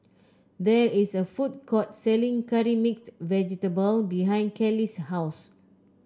there is a food court selling Curry Mixed Vegetable behind Kellie's house